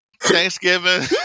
Thanksgiving